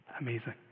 Amazing